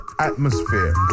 atmosphere